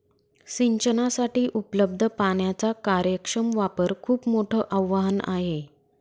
सिंचनासाठी उपलब्ध पाण्याचा कार्यक्षम वापर खूप मोठं आवाहन आहे